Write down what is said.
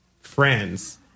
friends